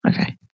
Okay